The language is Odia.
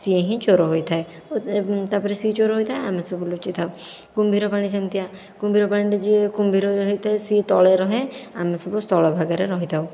ସେ ହିଁ ଚୋର ହୋଇଥାଏ ଓ ତା' ପରେ ସେ ଚୋର ହୋଇଥାଏ ଆମେ ସବୁ ଲୁଚିଥାଉ କୁମ୍ଭୀର ପାଣି ସେମିତିଆ କୁମ୍ଭୀର ପାଣିରେ ଯିଏ କୁମ୍ଭୀର ହୋଇଥାଏ ସେ ତଳେ ରହେ ଆମେ ସବୁ ସ୍ଥଳଭାଗରେ ରହିଥାଉ